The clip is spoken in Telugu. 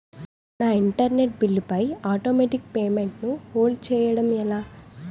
నా ఇంటర్నెట్ బిల్లు పై ఆటోమేటిక్ పేమెంట్ ను హోల్డ్ చేయటం ఎలా?